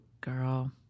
Girl